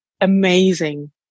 amazing